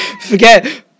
Forget